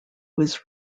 was